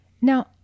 Now